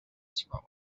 scroll